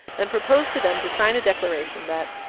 and proposed to them to sign a declaration that,